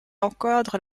encadrent